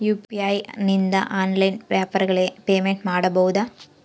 UPI ನಿಂದ online ವ್ಯಾಪಾರಗಳಿಗೆ payment ಮಾಡಬಹುದಾ?